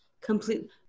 completely